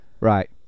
Right